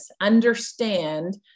understand